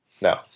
No